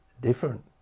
different